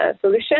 solution